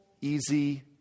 easy